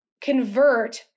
convert